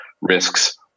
risks